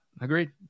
Agreed